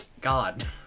God